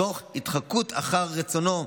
תוך התחקות אחר רצונו,